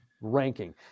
ranking